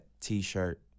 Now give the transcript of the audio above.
t-shirt